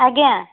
ଆଜ୍ଞା